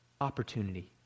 opportunity